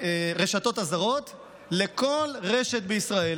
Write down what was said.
לרשתות הזרות לכל רשת בישראל.